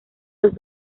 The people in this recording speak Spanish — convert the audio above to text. los